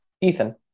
Ethan